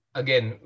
again